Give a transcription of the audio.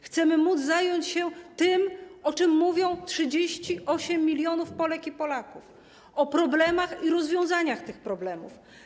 Chcemy móc zająć się tym, o czym mówi 38 mln Polek i Polaków: problemami i rozwiązaniami tych problemów.